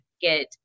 get